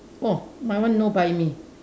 oh my one no buy me